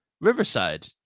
Riverside